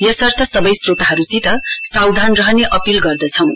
यसर्थ सबै श्रोतहरुलाई सावधान रहने अपील गर्दछौं